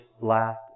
last